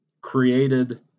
created